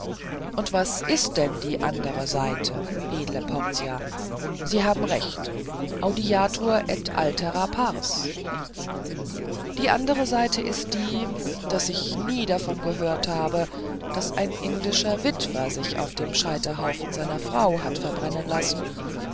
und was ist denn die andere seite edle portia sie haben recht audiatur et altera pars die andere seite ist die daß ich nie davon gehört habe daß ein indischer witwer sich auf dem scheiterhaufen seiner frau hat verbrennen lassen